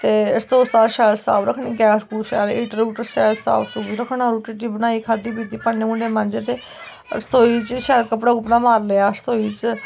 ते रसोऽ रसाऽ शैल साफ रक्खनी गैस गूस शैल हीटर हूटर शैल साफ सूफ रक्खना रुट्टी रट्टी बनाई खाद्धी पीती भांडे भूंडे मांजे ते रसोई च शैल कपड़ा कुपड़ा मारी लेआ रसोई च